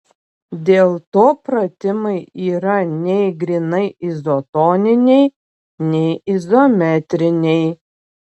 dėl to pratimai yra nei grynai izotoniniai nei izometriniai